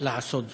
לעשות זאת,